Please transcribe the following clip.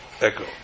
echo